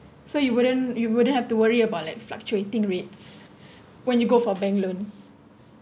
so you wouldn't you wouldn't have to worry about like fluctuating rates when you go for bank loan